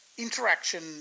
Interaction